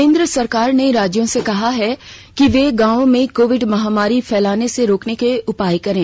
केंद्र सरकार ने राज्यों से कहा है कि वे गांवों में कोविड महामारी फैलने से रोकने के उपाय करें